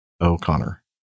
O'Connor